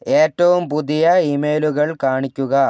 ഏറ്റവും പുതിയ ഇമെയിലുകൾ കാണിക്കുക